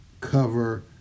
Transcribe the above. cover